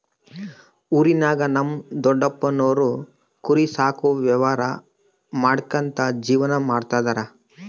ಊರಿನಾಗ ನಮ್ ದೊಡಪ್ಪನೋರು ಕುರಿ ಸಾಕೋ ವ್ಯವಹಾರ ಮಾಡ್ಕ್ಯಂತ ಜೀವನ ಮಾಡ್ತದರ